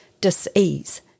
disease